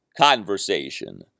conversation